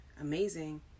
amazing